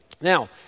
Now